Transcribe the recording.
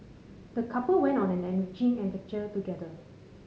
the couple went on an enriching adventure together